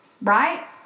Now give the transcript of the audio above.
right